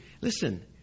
listen